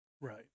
Right